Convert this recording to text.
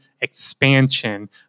expansion